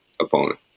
opponent